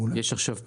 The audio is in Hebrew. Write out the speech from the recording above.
יש עכשיו פיילוט.